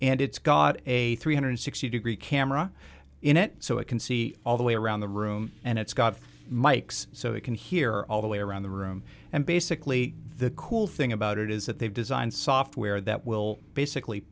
and it's got a three hundred and sixty dollars degree camera in it so it can see all the way around the room and it's got mikes so it can hear all the way around the room and basically the cool thing about it is that they've designed software that will basically